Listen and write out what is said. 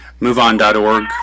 MoveOn.org